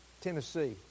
Tennessee